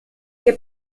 che